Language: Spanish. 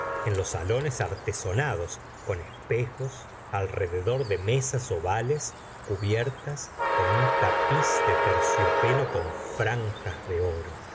en los talones artesonados con espejos alrededor de me s ovales cubiertas con un tapiz de terciopelo cal franjas de oro